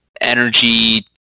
energy